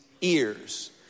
ears